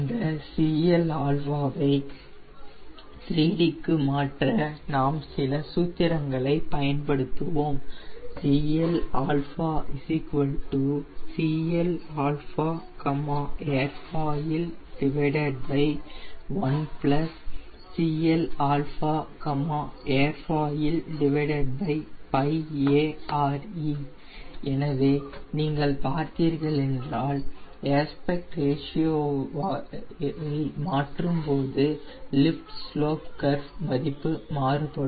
இந்த Cl வை 3d க்கு மாற்ற நாம் சில சூத்திரங்களை பயன்படுத்துவோம் Cl Clairfoil1 Cl airfoilπARe எனவே நீங்கள் பார்த்தீர்கள் என்றால் ஏஸ்பக்ட் ரேஷியோவை மாற்றப்படும்போது லிஃப்ட் ஸ்லோப் கர்வ் மதிப்பு மாறுபடும்